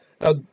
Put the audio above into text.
Now